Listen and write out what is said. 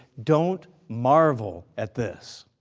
don't marvel at this,